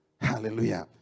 Hallelujah